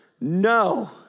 No